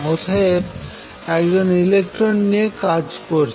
অতএব একজন ইলেকট্রন নিয়ে কাজ করেছে